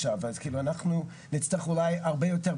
אז אנחנו נצטרך אולי הרבה יותר,